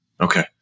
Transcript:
okay